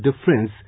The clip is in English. difference